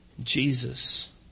Jesus